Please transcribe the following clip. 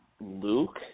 Luke